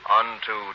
unto